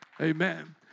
Amen